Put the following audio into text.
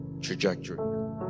trajectory